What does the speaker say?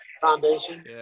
Foundation